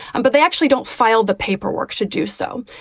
and but they actually don't file the paperwork to do so.